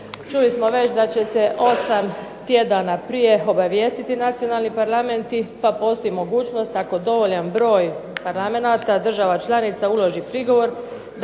Čuli smo već da će se osam tjedana prije obavijestiti nacionalni parlamenti pa postoji mogućnost da ako dovoljan broj parlamenata država članica uloži prigovor